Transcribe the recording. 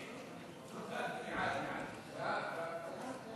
הצעת ועדת החוקה,